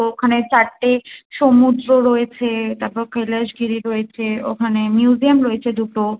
ওখানে চারটে সমুদ্র রয়েছে তারপর কৈলাস গিরি রয়েছে ওখানে মিউজিয়াম রয়েছে দুটো